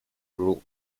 rule